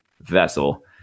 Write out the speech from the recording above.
vessel